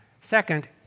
Second